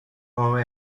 our